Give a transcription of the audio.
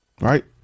Right